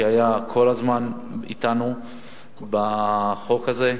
שהיה כל הזמן אתנו בחוק הזה.